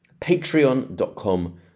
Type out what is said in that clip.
Patreon.com